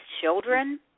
children